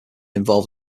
involved